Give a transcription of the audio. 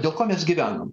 dėl ko mes gyvenam